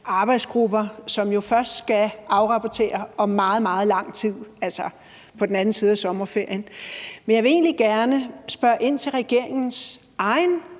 arbejdsgrupper, som jo først skal afrapportere om meget, meget lang tid – altså på den anden side af sommerferien. Men jeg vil egentlig gerne spørge ind til regeringens egen